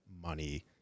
money